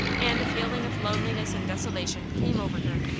and a feeling of loneliness and desolation came over her.